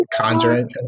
conjuring